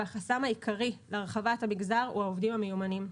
והחסם העיקרי להרחבת המגזר הוא העובדים המיומנים.